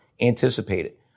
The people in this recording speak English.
anticipated